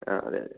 ആ അതെ അതെ